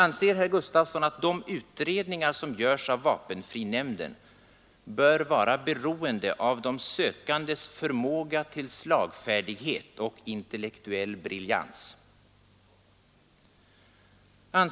Anser herr Gustavsson att de utredningar som görs av vapenfrinämnden bör vara beroende av de sökandes förmåga till slagfärdighet och intellektuell briljans? 3.